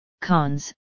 cons